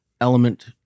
Element